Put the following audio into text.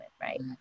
right